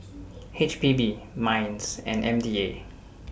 H P B Minds and M D A